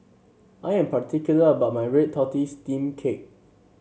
I am particular about my Red Tortoise Steamed Cake